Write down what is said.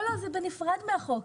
לא, בנפרד מהחוק.